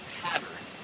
pattern